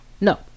no